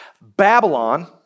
Babylon